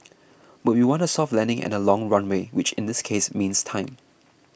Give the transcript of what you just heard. but we want a soft landing and a long runway which in this case means time